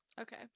Okay